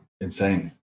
Insane